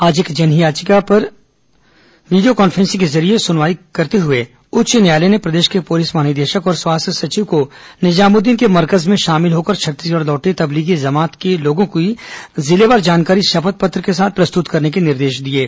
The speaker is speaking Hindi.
आज एक जनहित याचिका पर वीडियो कॉन्फ्रेंसिंग के जरिये सुनवाई करते हुए उच्च न्यायालय ने प्रदेश के पुलिस महानिदेशक और स्वास्थ्य सचिव को निजामुद्दीन के मरकज में शामिल होकर छत्तीसगढ़ लौटे तबलीगी जमात के लोगों की जिलेवार जानकारी शपथ पंत्र के साथ प्रस्तुत करने के निर्देश दिए हैं